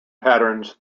patterns